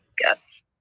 Yes